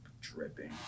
dripping